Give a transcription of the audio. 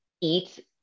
eat